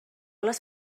les